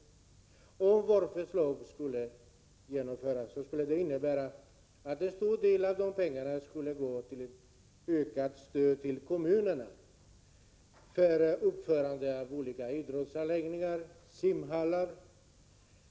Om vårt förslag skulle genomföras skulle det innebära att en stor del av pengarna skulle gå till ett ökat stöd till kommunerna för uppförande av olika idrottsanläggningar och simhallar.